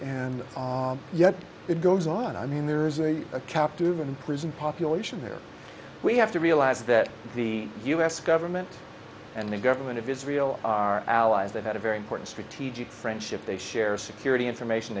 and yet it goes on i mean there's really a captive in prison population here we have to realize that the u s government and the government of israel are allies that had a very important strategic friendship they share security information